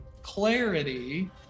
clarity